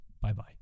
Bye-bye